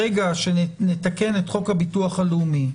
ברגע שנתקן את חוק הביטוח הלאומי,